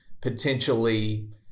potentially